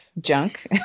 junk